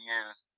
use